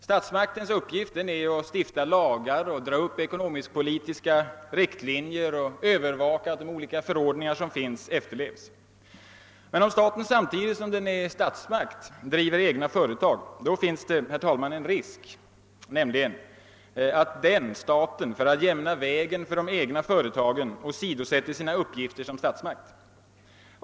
Statsmaktens uppgift är att stifta lagar och dra upp ekonomisk-politiska = riktlinjer samt övervaka att de olika förordningar som finns efterlevs. Men om staten samtidigt som den är statsmakt driver egna företag finns det, herr talman, en risk, nämligen den att staten för att jämna vägen för de egna företagen åsidosätter sina uppgifter som statsmakt.